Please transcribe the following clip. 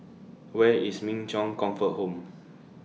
Where IS Min Chong Comfort Home